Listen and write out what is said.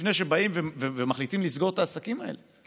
לפני שבאים ומחליטים לסגור את העסקים האלה.